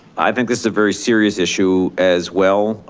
i think this is a very serious issue as well.